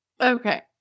Okay